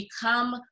become